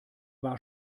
war